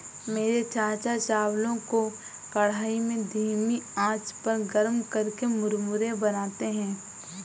मेरे चाचा चावलों को कढ़ाई में धीमी आंच पर गर्म करके मुरमुरे बनाते हैं